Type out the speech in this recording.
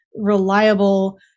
reliable